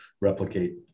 replicate